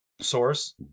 source